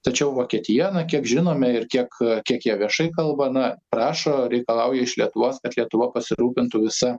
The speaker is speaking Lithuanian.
tačiau vokietija na kiek žinome ir kiek kiek jie viešai kalba na prašo reikalauja iš lietuvos lietuva pasirūpintų visa